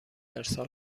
ارسال